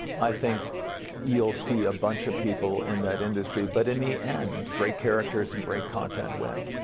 i think you'll see a bunch of people in that industry, but in the end great characters and great content win.